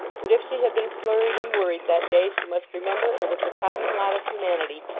that if she had been flurried and worried that day, she must remember it was the common lot of humanity,